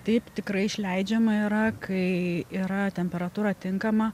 taip tikrai išleidžiama yra kai yra temperatūra tinkama